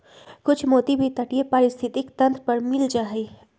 कुछ मोती भी तटीय पारिस्थितिक तंत्र पर मिल जा हई